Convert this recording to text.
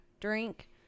drink